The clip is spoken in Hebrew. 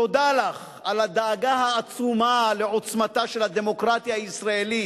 תודה לך על הדאגה העצומה לעוצמתה של הדמוקרטיה הישראלית,